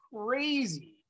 crazy